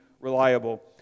reliable